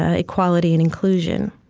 ah equality, and inclusion